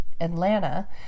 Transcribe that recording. Atlanta